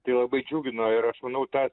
tai labai džiugina ir aš manau tą